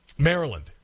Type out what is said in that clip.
Maryland